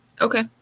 Okay